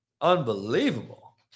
Unbelievable